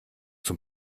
zum